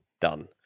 done